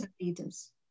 leaders